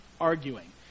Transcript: arguing